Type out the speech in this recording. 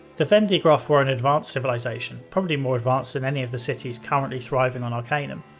the vendigroth were an advanced civilization, probably more advanced than any of the cities currently thriving on arcanum.